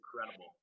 incredible